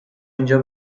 اینجا